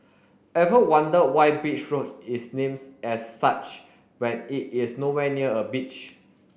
ever wonder why Beach Road is names as such when it is nowhere near a beach